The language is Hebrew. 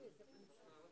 בשעה 12:45.